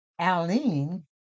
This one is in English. Aline